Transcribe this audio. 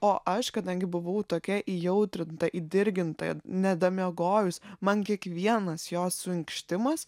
o aš kadangi buvau tokia įjautrinta įdirginta nedamiegojus man kiekvienas jos suinkštimas